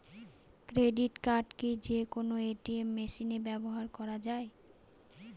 Credit card কি যে কোনো এ.টি.এম মেশিনে ব্যবহার করা য়ায়?